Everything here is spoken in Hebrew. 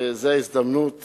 וזו ההזדמנות